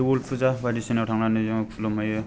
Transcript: दुबुल पुजा बायदिसिनायाव थांनानै जोङो खुलुम हैयो